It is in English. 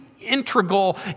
integral